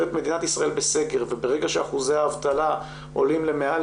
את מדינת ישראל בסגר וברגע שאחוזי האבטלה עולים למעל